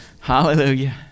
Hallelujah